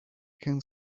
can